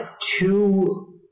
Two